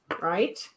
right